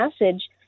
message